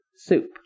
soup